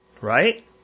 Right